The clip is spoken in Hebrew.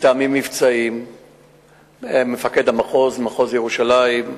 מטעמים מבצעיים מפקד המחוז, מחוז ירושלים.